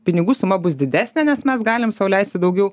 pinigų suma bus didesnė nes mes galim sau leisti daugiau